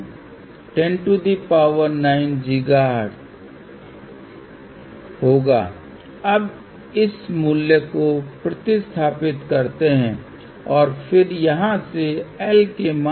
अगले व्याख्यान में मैं इस विशेष डिजाइन के माध्यम से एक बार और जाऊंगा लेकिन तब तक थोड़ा और अभ्यास करे ताकि आपको अधिक आत्मविश्वास हो